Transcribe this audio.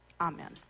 Amen